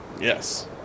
Yes